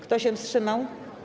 Kto się wstrzymał?